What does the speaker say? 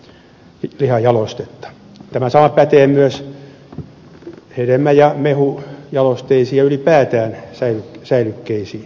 tämä sama pätee myös hedelmä ja mehujalosteisiin ja ylipäätään säilykkeisiin